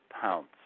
pounce